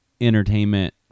entertainment